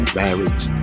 marriage